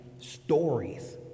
stories